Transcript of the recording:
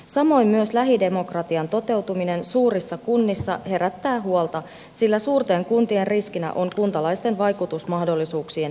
samoin myös lähidemokratian toteutuminen suurissa kunnissa herättää huolta sillä suurten kuntien riskinä on kuntalaisten vaikutusmahdollisuuksien häviäminen